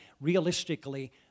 realistically